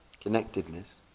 connectedness